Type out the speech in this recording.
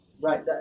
right